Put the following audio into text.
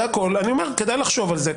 אני אומר שכדאי לחשוב על זה.